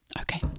Okay